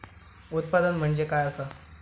उत्पादन म्हणजे काय असा?